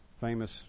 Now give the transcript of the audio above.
famous